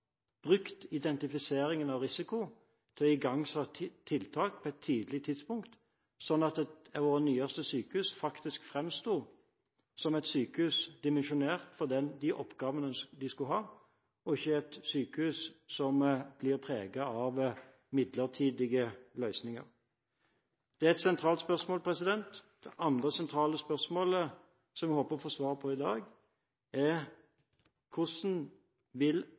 brukt identifiseringen av risiko til å igangsette tiltak på et tidlig tidspunkt, sånn at et av våre nyeste sykehus faktisk framsto som et sykehus dimensjonert for de oppgavene det skulle ha, og ikke et sykehus som blir preget av midlertidige løsninger? Det er et sentralt spørsmål. Det andre sentrale spørsmålet som jeg håper å få svar på i dag, er: Hvordan vil